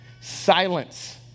Silence